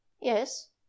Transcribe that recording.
Yes